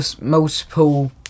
multiple